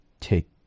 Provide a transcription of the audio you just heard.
take